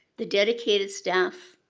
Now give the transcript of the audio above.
the dedicated staff,